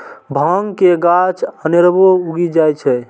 भांग के गाछ अनेरबो उगि जाइ छै